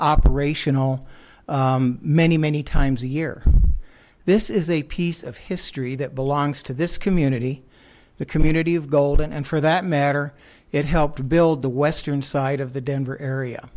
operational many many times a year this is a piece of history that belongs to this community the community of gold and for that matter it helped to build the western side of the denver area